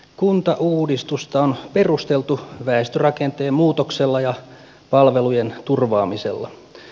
kuntauudistusta on perusteltu väestörakenteen muutoksella ja palvelujen turvaamisella